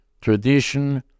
tradition